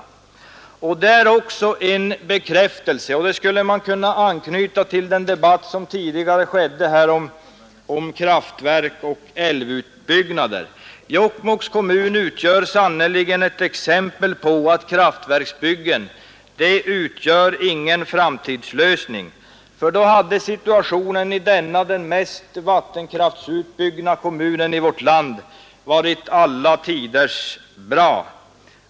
Utvecklingen i Jokkmokks kommun är också en bekräftelse på — och här skulle man kunna anknyta till den debatt som tidigare har förts om kraftverk och älvutbyggnader — att kraftverksbyggen utgör ingen framtidslösning, för då hade situationen i denna den mest vattenkraftsutbyggda kommunen i vårt land varit alla tiders bra.